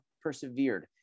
persevered